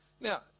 Now